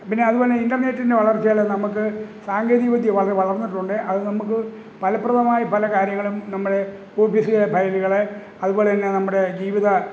പിന്നെ അതുപോലെ ഇൻ്റർനെറ്റിൻ്റെ വളർച്ചകൾ നമുക്ക് സാങ്കേതിക വിദ്യ വളരെ വളർന്നിട്ടുണ്ട് അത് നമുക്ക് പലപ്രദമായി പലകാര്യങ്ങളും നമ്മുടെ ഓഫീസിലെ ഫയലുകളെ അതുപോലെതന്നെ നമ്മുടെ ജീവിത